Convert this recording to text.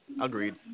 Agreed